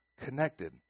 connected